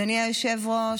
אדוני היושב-ראש,